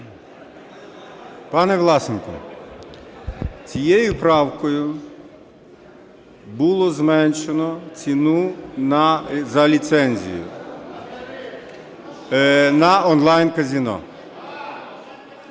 Пане Власенко, цією правкою було зменшено ціну за ліцензію на онлайн-казино.